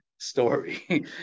story